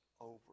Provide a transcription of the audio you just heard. over